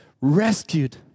rescued